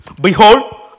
Behold